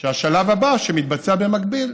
והשלב הבא, שמתבצע במקביל,